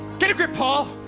get a grip, paul,